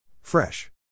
Fresh